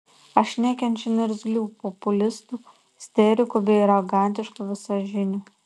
aš nekenčiu niurzglių populistų isterikų bei arogantiškų visažinių